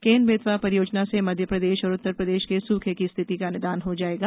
केन बेतवा परियोजना से मध्य प्रदेश और उत्तर प्रदेश के सुखे की स्थिति का निदान हो जाएगा